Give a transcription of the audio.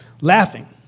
laughing